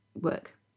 work